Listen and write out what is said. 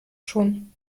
schon